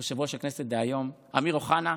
יושב-ראש הכנסת דהיום אמיר אוחנה,